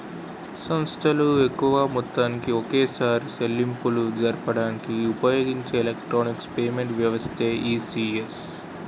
సంస్థలు ఎక్కువ మొత్తాన్ని ఒకేసారి చెల్లింపులు జరపడానికి ఉపయోగించే ఎలక్ట్రానిక్ పేమెంట్ వ్యవస్థే ఈ.సి.ఎస్